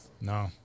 No